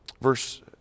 verse